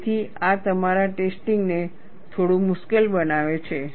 તેથી આ તમારા ટેસ્ટિંગ ને પણ થોડું મુશ્કેલ બનાવે છે